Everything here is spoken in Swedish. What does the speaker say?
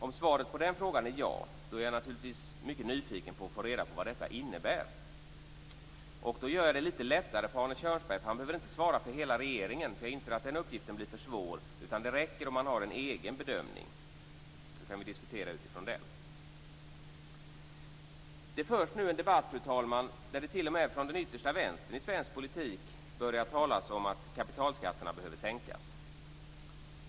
Om svaret på den frågan är ja, är jag naturligtvis mycket nyfiken på att få reda på vad detta innebär. Då gör jag det lite lättare för Arne Kjörnsberg, för han behöver inte svara för hela regeringen. Jag inser att den uppgiften blir för svår. Det räcker med en egen bedömning, så kan vi diskutera med utgångspunkt i den. Fru talman! Det förs nu en debatt där t.o.m. den yttersta vänstern i svensk politik har börjat tala om att kapitalskatterna behöver sänkas.